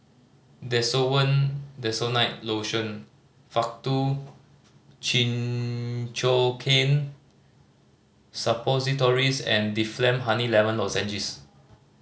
Desowen Desonide Lotion Faktu Cinchocaine Suppositories and Difflam Honey Lemon Lozenges